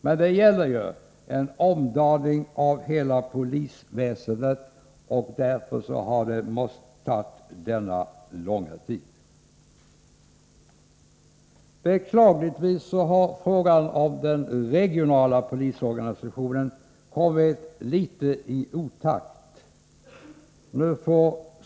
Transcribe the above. Men det gäller, en omdaning av; hela polisväsendet, och behandlingen-har därför. måst. få ta dennalånga tid, Beklagligtvis har frågan jomi den, regionalarpolisorganisationen kommit litet i otakt.